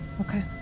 okay